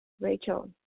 Rachel